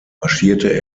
marschierte